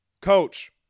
coach